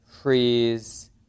freeze